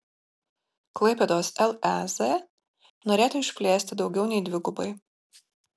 klaipėdos lez norėta išplėsti daugiau nei dvigubai